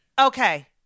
Okay